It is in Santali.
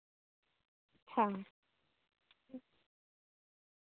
ᱦᱮᱸ